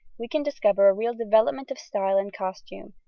we can discover a real development of style in costume,